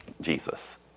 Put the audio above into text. Jesus